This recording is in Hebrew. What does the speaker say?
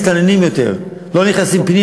לא השתעשעתי מהרעיון, לא נהניתי מזה,